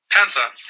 Panther